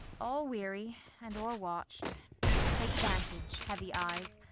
all weary and o'erwatch'd, take vantage, heavy eyes,